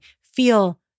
feel